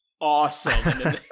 Awesome